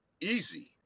easy